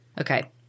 Okay